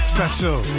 Special